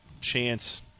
chance